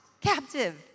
captive